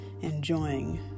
enjoying